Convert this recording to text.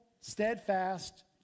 steadfast